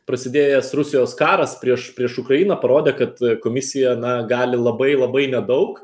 prasidėjęs rusijos karas prieš prieš ukrainą parodė kad komisija na gali labai labai nedaug